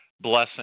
blessing